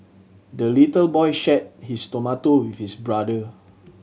the little boy shared his tomato his brother